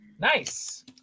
Nice